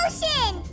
Ocean